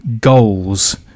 goals